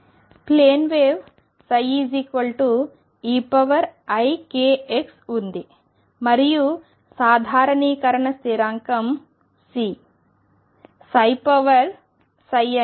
plane wave ψeikx ఉంది మరియు సాధారణీకరణ స్థిరాంకం C